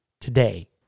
today